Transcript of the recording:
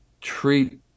treat